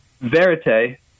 verite